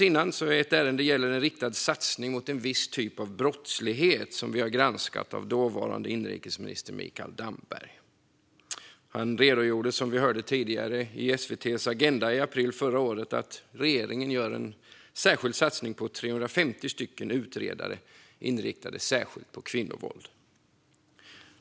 I ett ärende gällande en riktad satsning mot en viss typ av brottslighet har vi som tidigare nämnts granskat dåvarande inrikesminister Mikael Damberg för vissa uttalanden. Som vi hörde tidigare anförde han i SVT:s Agenda i april förra året att regeringen gjorde en särskild satsning på 350 utredare inriktade särskilt på kvinnovåld.